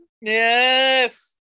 yes